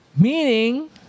Meaning